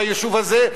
ביישוב הזה,